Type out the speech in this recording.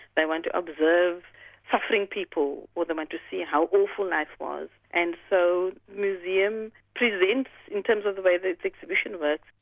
they want to observe suffering people. or they want to see how awful life was and so museum presents in terms of the way this exhibition works.